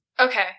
Okay